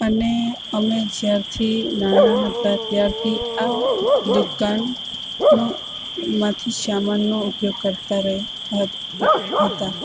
અને અમે જ્યારથી નાના હતા ત્યારથી આ દુકાનો માંથી સામાનનો ઉપયોગ કરતાં રહેતાં હતાં